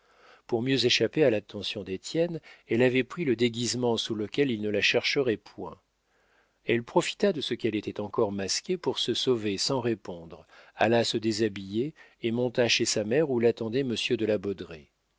pour mieux échapper à l'attention d'étienne elle avait pris le déguisement sous lequel il ne la chercherait point elle profita de ce qu'elle était encore masquée pour se sauver sans répondre alla se déshabiller et monta chez sa mère où l'attendait monsieur de